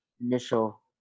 initial